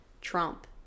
Trump